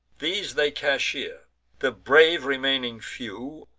these they cashier the brave remaining few,